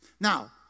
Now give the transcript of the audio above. Now